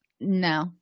no